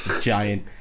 giant